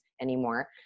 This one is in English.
anymore